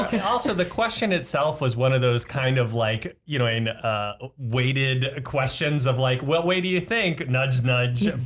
and also the question itself was one of those kind of like you know and a weighted questions of like well way do you think nudge nudge,